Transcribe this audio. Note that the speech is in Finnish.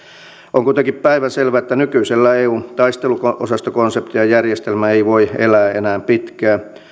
on kuitenkin päivänselvää että nykyinen eun taisteluosastokonsepti ja järjestelmä ei voi elää enää pitkään